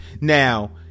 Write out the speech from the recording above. now